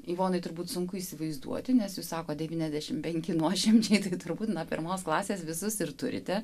ivanui turbūt sunku įsivaizduoti nes jis sako dvyniasdešimt penki nuošimčiai taigi turbūt nuo pirmos klasės visus ir turite